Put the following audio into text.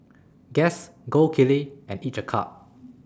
Guess Gold Kili and Each A Cup